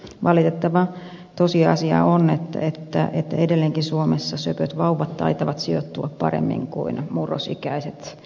valitettava tosiasia on että edelleenkin suomessa söpöt vauvat taitavat sijoittua paremmin perheisiin kuin murrosikäiset